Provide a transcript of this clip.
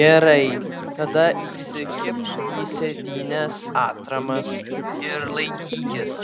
gerai tada įsikibk į sėdynes atramas ir laikykis